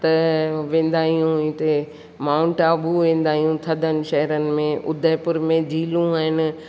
त वेंदा आहियूं हुते माउंट आबू वेंदा आहियूं थधनि शहरनि में उदयपुर में झीलियूं आहिनि